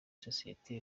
sosiyete